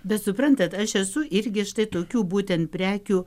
bet suprantat aš esu irgi štai tokių būtent prekių